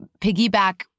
piggyback